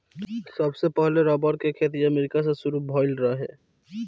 सबसे पहिले रबड़ के खेती अमेरिका से शुरू भईल रहे